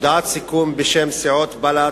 הודעת סיכום בשם סיעות בל"ד,